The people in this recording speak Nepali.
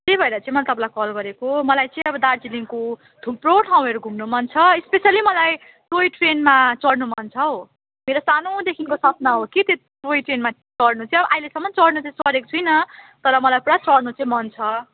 त्यही भएर चाहिँ मैले तपाईँलाई कल गरेको मलाई चाहिँ अब दार्जिलिङको थुप्रो ठाउँहरू घुम्नु मन छ स्पेसली मलाई टोय ट्रेनमा चढ्नु मन छ हौ मेरो सानैदिखिको सपना हो कि त्यो टोय ट्रेनमा चढ्नु चाहिँ अहिलेसम्म चढ्नु चाहिँ चढेको छुइनँ तर मलाई पुरा चढ्नु चाहिँ मन छ